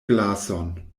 glason